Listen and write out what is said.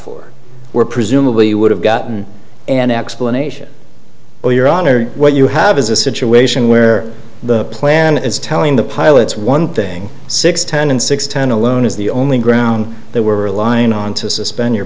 for were presumably you would have gotten an explanation well your honor what you have is a situation where the plan is telling the pilots one thing six ten and six ten alone is the only ground they were relying on to suspend your